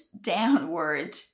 Downward